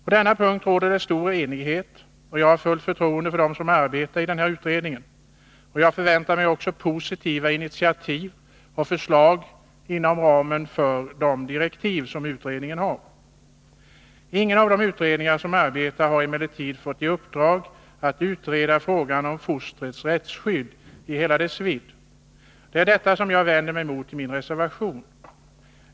På denna punkt råder det stor enighet, och jag har fullt förtroende för dem 31 som arbetar i denna utredning. Jag förväntar mig också positiva initiativ och förslag inom ramen för de direktiv som utredningen har. Ingen av de utredningar som arbetar har emellertid fått i uppdrag att utreda frågan om fostrets rättsskydd i hela dess vidd. Det är detta som jag vänder mig mot i min reservation.